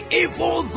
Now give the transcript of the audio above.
evil